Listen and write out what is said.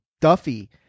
Duffy